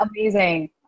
amazing